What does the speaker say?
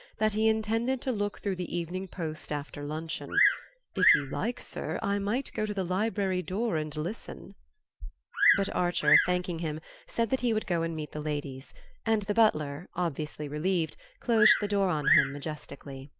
that he intended to look through the evening post after luncheon if you like, sir, i might go to the library door and listen but archer, thanking him, said that he would go and meet the ladies and the butler, obviously relieved, closed the door on him majestically.